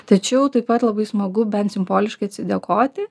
tačiau taip pat labai smagu bent simboliškai atsidėkoti